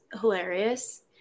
hilarious